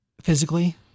physically